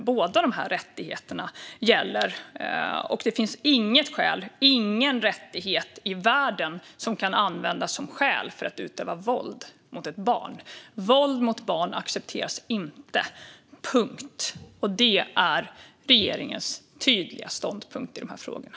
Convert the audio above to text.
Båda dessa rättigheter gäller, men ingen rättighet i världen kan användas som skäl för att utöva våld mot ett barn. Våld mot barn accepteras inte. Punkt. Det är regeringens tydliga ståndpunkt i frågan.